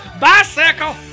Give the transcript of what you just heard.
bicycle